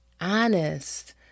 honest